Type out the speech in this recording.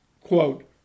quote